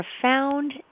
profound